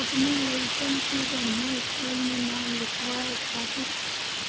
लोग अपनी लइकन के बढ़िया स्कूल में नाम लिखवाए खातिर